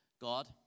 God